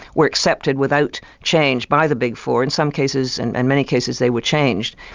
were accepted without change by the big four, in some cases, and and many cases, they were changed.